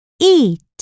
Eat